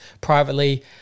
privately